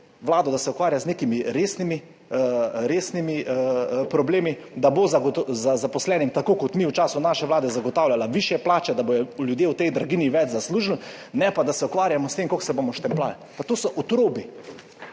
Vlado, da se ukvarja z nekimi resnimi problemi, da bo zaposlenim tako kot mi v času naše vlade zagotavljala višje plače, da bodo ljudje v tej draginji več zaslužili, ne pa da se ukvarjamo s tem, kako se bomo štempljali. Pa to so otrobi.